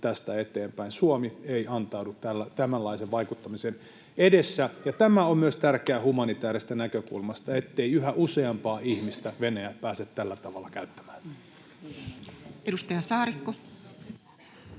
tästä eteenpäin: Suomi ei antaudu tämänlaisen vaikuttamisen edessä. Tämä on tärkeää myös humanitäärisestä näkökulmasta, ettei yhä useampaa ihmistä Venäjä pääse tällä tavalla käyttämään. Edustaja Saarikko.